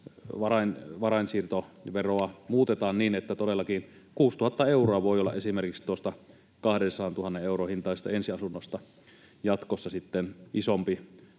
varainsiirtoveroa muutetaan niin, että todellakin voi olla esimerkiksi tuosta 200 000 euron hintaisesta ensiasunnosta jatkossa sitten 6